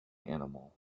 animal